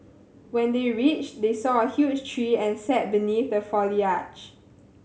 when they reached they saw a huge tree and sat beneath the foliage